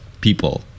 people